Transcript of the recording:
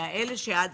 מאלה שעד